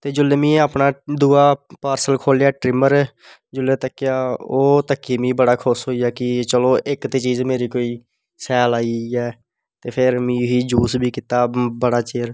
ते जिसलै मिगी एह् अपना दूआ पार्सल खोह्लेआ ट्रिमर जिसलै तक्केआ ओह् तक्की में बडा खुश होई गेआ कि चलो इक ते चीज मेरी कोई शैल आई गेई ऐ ते फिर मिगी यूज बी कीता बड़ा चिर